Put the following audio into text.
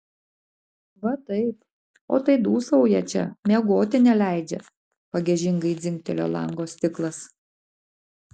va taip o tai dūsauja čia miegoti neleidžia pagiežingai dzingtelėjo lango stiklas